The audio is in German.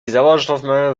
sauerstoffmangel